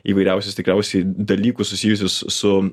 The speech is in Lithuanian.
įvairiausius tikriausiai dalykus susijusius su